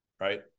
Right